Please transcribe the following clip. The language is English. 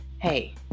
Hey